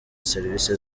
serivisi